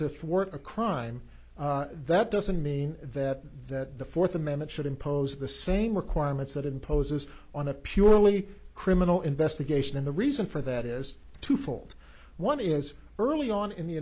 to thwart a crime that doesn't mean that that the fourth amendment should impose the same requirements that imposes on a purely criminal investigation and the reason for that is twofold one is early on in the